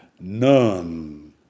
None